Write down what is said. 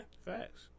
Facts